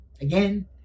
again